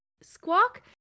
Squawk